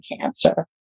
cancer